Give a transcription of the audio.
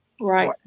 right